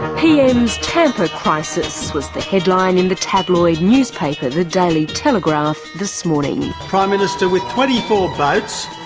pm's tampa crisis was the headline in the tabloid newspaper the daily telegraph this morning. prime minister, with twenty four boats,